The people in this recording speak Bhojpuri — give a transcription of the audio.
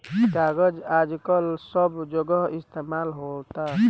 कागज आजकल सब जगह इस्तमाल होता